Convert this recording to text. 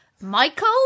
Michael